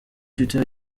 twitter